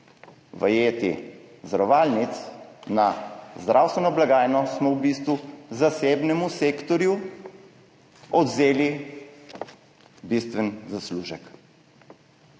vajeti zavarovalnic na zdravstveno blagajno smo v bistvu zasebnemu sektorju odvzeli bistven zaslužek.